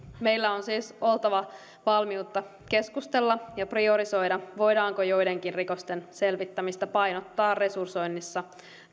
meillä on siis oltava valmiutta keskustella ja priorisoida voidaanko joidenkin rikosten selvittämistä painottaa resursoinnissa